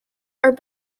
are